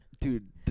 Dude